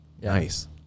Nice